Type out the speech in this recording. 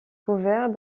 couvert